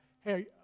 hey